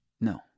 No